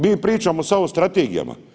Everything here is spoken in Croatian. Mi pričamo sad o strategijama.